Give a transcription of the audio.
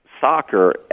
soccer